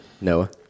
Noah